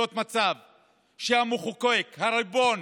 לא יכול להיות מצב שהמחוקק, הריבון,